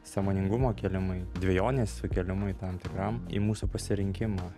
sąmoningumo kėlimui dvejonės sukėlimui tam tikram į mūsų pasirinkimą